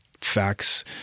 facts